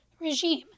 regime